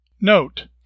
Note